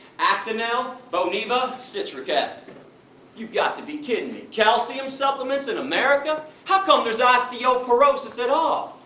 actonel, boniva, citracal. you got to be kidding me! calcium supplements in america! how come there's osteoporosis at all?